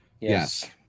Yes